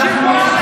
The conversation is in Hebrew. חבר הכנסת